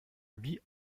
wie